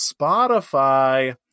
Spotify